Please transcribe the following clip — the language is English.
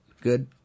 Good